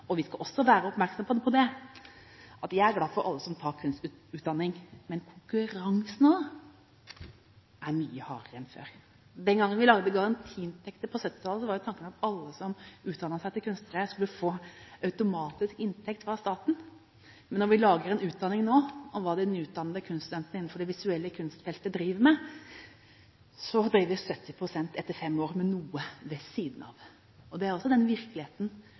Vi skal også være oppmerksom på det. Jeg er glad for alle som tar kunstutdanning, men konkurransen nå er mye hardere enn før. Den gangen vi på 1970-tallet laget garantiinntekter, var tanken at alle som utdannet seg til kunstnere, automatisk skulle få inntekt fra staten. Men når vi lager en utdanning nå og ser hva de nyutdannede innenfor det visuelle kunstfeltet driver med, driver 70 pst. etter fem år med noe ved siden av. Det er også den virkeligheten